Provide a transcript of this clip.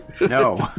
No